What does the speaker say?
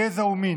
גזע ומין,